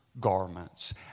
garments